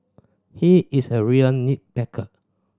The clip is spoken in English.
he is a real nit picker